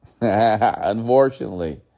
unfortunately